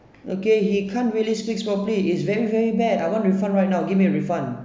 okay he can't really speak properly is very very bad I want refund right now give me a refund